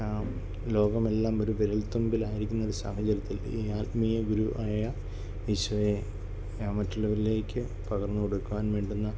ലോകമെല്ലാം ഒരു വിരൽത്തുമ്പിലായിരിക്കുന്ന ഒരു സാഹചര്യത്തിൽ ഈ ആത്മീയ ഗുരു ആയ ഈശോയെ മറ്റുള്ളവരിലേക്ക് പകർന്നു കൊടുക്കുവാൻ വേണ്ടുന്ന